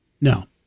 No